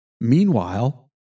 Meanwhile